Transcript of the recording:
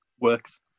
works